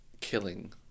killing